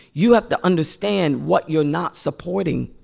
you have to understand what you're not supporting.